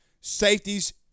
Safeties